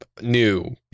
new